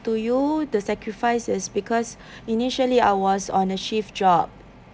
to you the sacrifice is because initially I was on a shift job